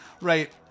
right